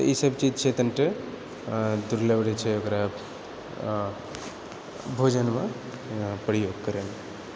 ई सब चीज छै कनिटा दुर्लभ रहैत छै ओकरा भोजनमे प्रयोग करएमे